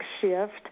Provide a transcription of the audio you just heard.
shift